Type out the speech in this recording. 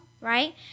right